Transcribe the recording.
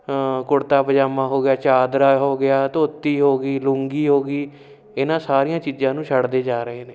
ਕੁੜਤਾ ਪਜਾਮਾ ਹੋ ਗਿਆ ਚਾਦਰਾ ਹੋ ਗਿਆ ਧੋਤੀ ਹੋ ਗਈ ਲੂੰਗੀ ਹੋ ਗਈ ਇਹਨਾਂ ਸਾਰੀਆਂ ਚੀਜ਼ਾਂ ਨੂੰ ਛੱਡਦੇ ਜਾ ਰਹੇ ਨੇ